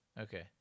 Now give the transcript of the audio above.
Okay